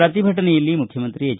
ಪ್ರತಿಭಟನೆಯಲ್ಲಿ ಮುಖ್ಯಮಂತ್ರಿ ಎಚ್